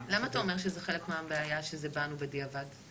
למה אתה אומר שזה שבאנו בדיעבד זה חלק מהבעיה?